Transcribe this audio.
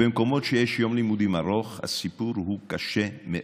במקומות שיש יום לימודים ארוך הסיפור הוא קשה מאוד.